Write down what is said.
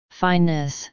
fineness